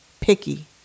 picky